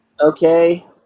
okay